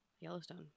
Yellowstone